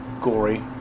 gory